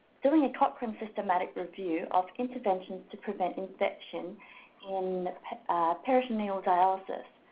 doing a cochran systematic review of interventions to prevent infection in peritoneal dialysis,